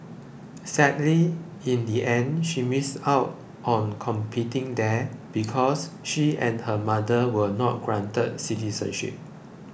sadly in the end she missed out on competing there because she and her mother were not granted citizenship